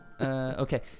Okay